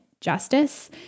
justice